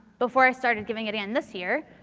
before i started giving it again this year,